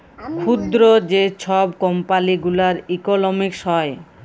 ক্ষুদ্র যে ছব কম্পালি গুলার ইকলমিক্স হ্যয়